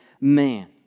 man